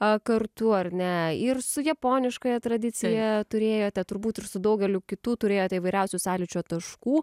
a kartu ar ne ir su japoniškąja tradicija turėjote turbūt ir su daugeliu kitų turėjote įvairiausių sąlyčio taškų